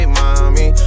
mommy